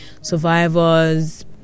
survivors